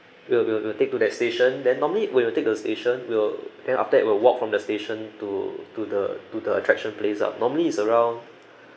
we'll we'll we'll take to the station then normally we'll take to the station we'll then after that we'll walk from the station to to the to the attraction place ah normally is around